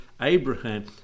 Abraham